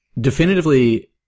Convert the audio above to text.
definitively